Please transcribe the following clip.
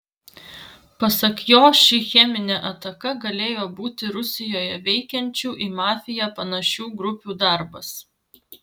pasak jo ši cheminė ataka galėjo būti rusijoje veikiančių į mafiją panašių grupių darbas